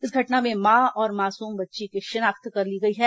इस घटना में मां और मासूम बच्ची की शिनाख्त कर ली गई है